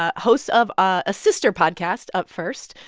ah host of a sister podcast, up first.